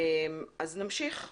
אז נמשיך,